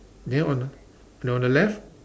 then on and on the left